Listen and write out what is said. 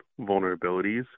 vulnerabilities